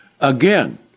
Again